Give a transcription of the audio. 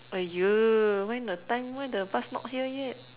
[aiya] why the time why the bus not here yet